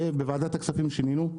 ובוועדת הכספים שינינו.